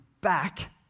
back